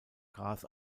gras